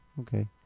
okay